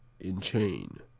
in chain.